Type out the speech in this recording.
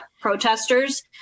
protesters